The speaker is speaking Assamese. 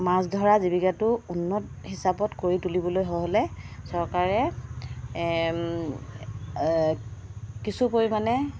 মাছ ধৰা জীৱিকাটো উন্নত হিচাপত কৰি তুলিবলৈ হ'লে চৰকাৰে কিছু পৰিমাণে